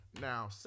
Now